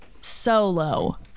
Solo